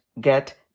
get